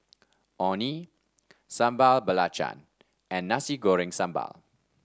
Orh Nee Sambal Belacan and Nasi Goreng Sambal